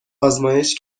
آزمایش